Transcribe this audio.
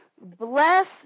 bless